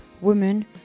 women